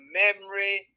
memory